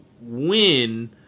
win